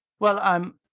well, i'm!